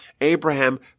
Abraham